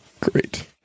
Great